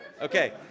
Okay